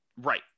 Right